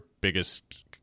biggest